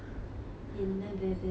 என்னது இது:ennathu ithu